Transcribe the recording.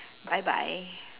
bye bye